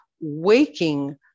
waking